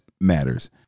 matters